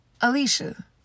alicia